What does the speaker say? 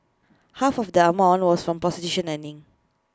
half of that amount was from prostitution earnings